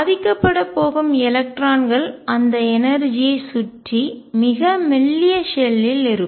பாதிக்கப் பட போகும் எலக்ட்ரான்கள் அந்த எனர்ஜி ஐ ஆற்றல் சுற்றி மிக மெல்லிய ஷெல்லில் இருக்கும்